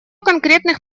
конкретных